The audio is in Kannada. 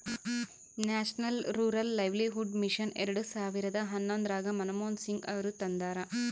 ನ್ಯಾಷನಲ್ ರೂರಲ್ ಲೈವ್ಲಿಹುಡ್ ಮಿಷನ್ ಎರೆಡ ಸಾವಿರದ ಹನ್ನೊಂದರಾಗ ಮನಮೋಹನ್ ಸಿಂಗ್ ಅವರು ತಂದಾರ